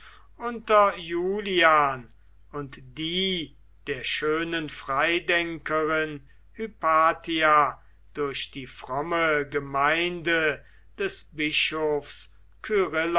unter julian und die der schönen freidenkerin hypatia durch die fromme gemeinde des bischofs